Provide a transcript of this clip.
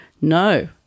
No